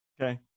Okay